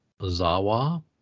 Zawa